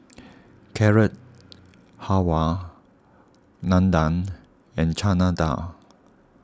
Carrot Halwa Unadon and Chana Dal